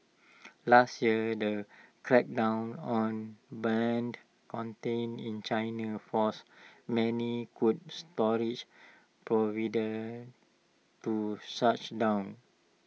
last year the crackdown on banned content in China forced many could storage providers to shut down